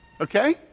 Okay